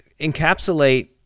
encapsulate